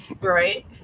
right